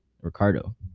Ricardo